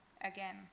again